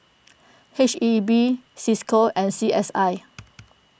H E B Cisco and C S I